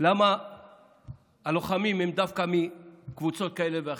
למה הלוחמים הם דווקא מקבוצות כאלה ואחרות.